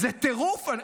זה טירוף.